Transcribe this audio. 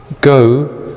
Go